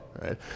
right